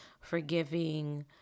forgiving